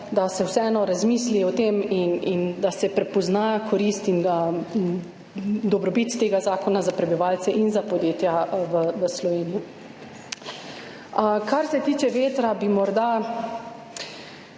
da se vseeno razmisli o tem in da se prepozna korist in dobrobit tega zakona za prebivalce in za podjetja v Sloveniji. Kar se tiče vetra, bi morda